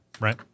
Right